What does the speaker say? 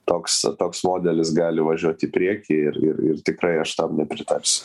toks toks modelis gali važiuot į priekį ir ir ir tikrai aš tam nepritarsiu